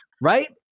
right